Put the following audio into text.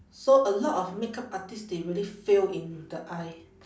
so a lot of makeup artist they really fail in the eye